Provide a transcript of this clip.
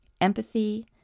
empathy